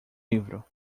livro